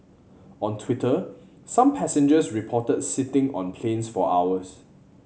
on Twitter some passengers reported sitting on planes for hours